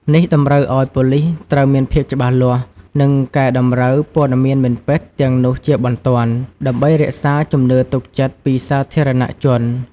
នេះតម្រូវឱ្យប៉ូលិសត្រូវ មានភាពច្បាស់លាស់ និងកែតម្រូវព័ត៌មានមិនពិត ទាំងនោះជាបន្ទាន់ ដើម្បីរក្សាជំនឿទុកចិត្តពីសាធារណជន។